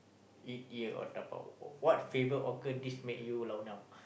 eat here or dabao what favourite hawker this make you lao nua now